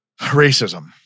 racism